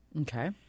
Okay